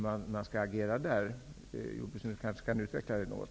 Kanske jordbruksministern kan utveckla detta något.